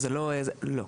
אז לא,